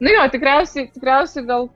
nu jo tikriausiai tikriausiai gal